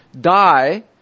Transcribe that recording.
die